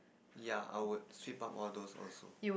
yeah I would sweep up all those also